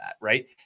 right